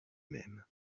même